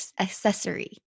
accessory